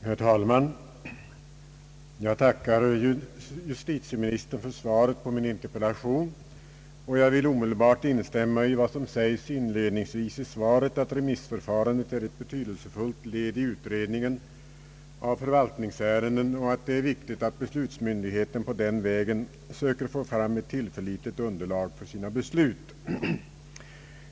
Herr talman! Jag tackar justitieministern för svaret på min interpellation. Jag vill omedelbart instämma i vad statsrådet säger inledningsvis, nämligen att remissförfarandet »är ett betydelsefullt led i utredningen av förvaltningsärenden» och att det är viktigt att beslutsmyndigheten på den vägen söker få fram ett tillförlitligt underlag för sina beslut.